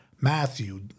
Matthew